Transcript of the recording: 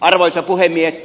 arvoisa puhemies